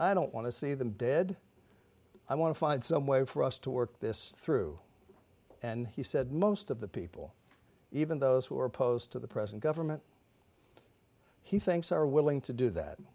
i don't want to see them dead i want to find some way for us to work this through and he said most of the people even those who are opposed to the present government he thinks are willing to do that